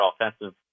offensive